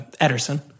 Ederson